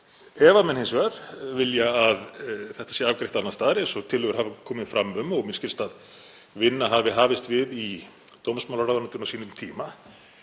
Ef menn vilja hins vegar að þetta sé afgreitt annars staðar, eins og tillögur hafa komið fram um, og mér skilst að vinna hafi hafist við í dómsmálaráðuneytinu á sínum tíma,